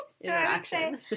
interaction